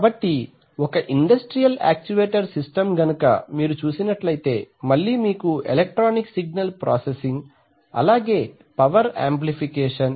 కాబట్టి ఒక industrial actuator system గనుక మీరు చూసినట్లయితే మళ్లీ మీకు ఎలక్ట్రానిక్ సిగ్నల్ ప్రాసెసింగ్ అలాగే పవర్ ఆంప్లిఫికేషన్